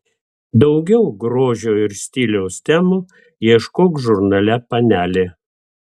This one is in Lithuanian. daugiau grožio ir stiliaus temų ieškok žurnale panelė